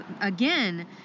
again